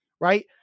right